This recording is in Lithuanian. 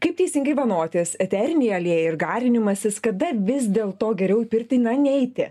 kaip teisingai vanotis eteriniai aliejai ir garinimasis kada vis dėl to geriau į pirtį na neiti